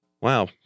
wow